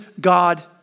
God